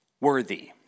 worthy